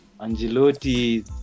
Angelotti